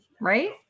Right